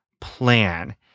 plan